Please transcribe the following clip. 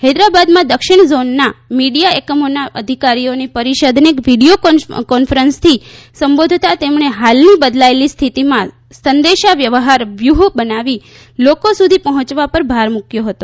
હૈદરાબાદમાં દક્ષિણ ઝોનના મીડીયા એકમોના અધિકારીઓની પરિષદને વીડીયો કોન્ફરન્સથી સંબોધતાં તેમણે હાલની બદલાયેલી સ્થિતીમાં સંદેશા વ્યવહાર વ્યૂહ બનાવી લોકો સુધી પહોંચવા પર ભાર મૂક્યો હતો